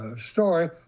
story